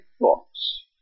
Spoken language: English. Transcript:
thoughts